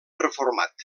reformat